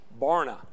Barna